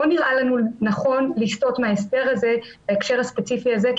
לא נראה לנו נכון לסטות מההסדר הזה בהקשר הספציפי הזה כי